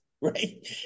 Right